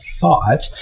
thought